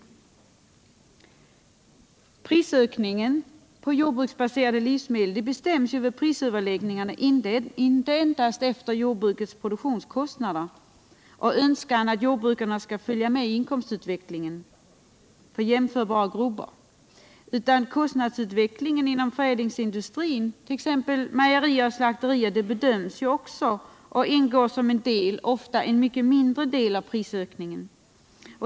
ken, m.m. Prisökningen på jordbruksbaserade livsmedel bestäms vid prisöverläggningarna inte endast efter jordbrukets produktionskostnader och önskan att jordbrukarna skall följa med i inkomstutvecklingen för jämförbara grupper, utan kostnadsutvecklingen inom förädlingsindustrin, t.ex. mejerier och slakterier, bedöms också och ingår som en del, ofta en mycket mindre del av prisökningen.